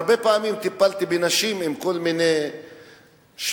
הרבה פעמים טיפלתי בנשים עם כל מיני שברים,